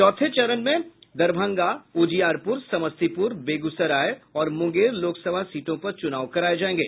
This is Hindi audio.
चौथे चरण में दरभंगा उजियारपुर समस्तीपुर बेगूसराय और मुंगेर लोकसभा सीटों पर चुनाव कराये जाएंगे